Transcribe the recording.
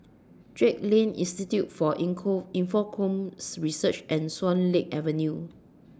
Drake Lane Institute For Infocomm Research and Swan Lake Avenue